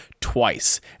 twice